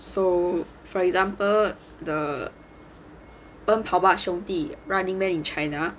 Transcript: so for example the 奔跑吧兄弟 running men in china